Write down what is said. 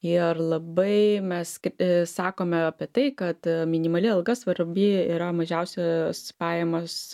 ir labai mes kaip sakome apie tai kad minimali alga svarbi yra mažiausias pajamas